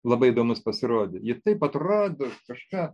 labai įdomus pasirodė jie taip atradė kažką